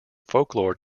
folklore